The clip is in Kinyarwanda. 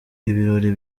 ibirori